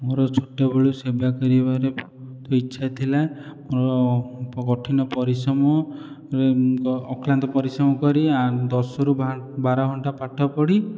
ମୋର ଛୋଟବେଳୁ ସେବା କରିବାରେ ବହୁତ ଇଚ୍ଛା ଥିଲା ମୋର କଠିନ ପରିଶ୍ରମ ଅକ୍ଲାନ୍ତ ପରିଶ୍ରମ କରି ଦଶରୁ ବାର ଘଣ୍ଟା ପାଠ ପଢ଼ି